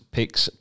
Picks